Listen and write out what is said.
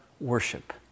worship